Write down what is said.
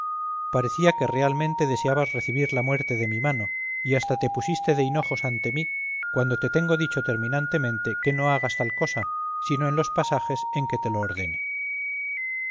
parecía que realmente deseabas recibir la muerte de mi mano y hasta te pusiste de hinojos ante mí cuando te tengo dicho terminantemente que no hagas tal cosa sino en los pasajes en que te lo ordene